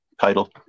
title